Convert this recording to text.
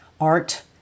art